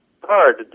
hard